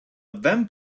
vamp